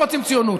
לא רוצים ציונות.